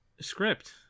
script